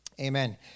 Amen